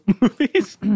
movies